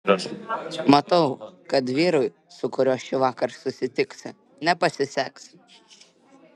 matau kad vyrui su kuriuo šįvakar susitiksi nepasiseks